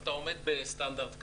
אתה עומד בסטנדרט כזה.